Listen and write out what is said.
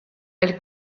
elle